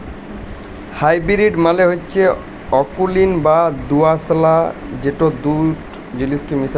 hybrid মালে হচ্যে অকুলীন বা দুআঁশলা যেট দুট জিলিসকে মিশাই বালালো হ্যয়